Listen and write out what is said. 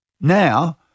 Now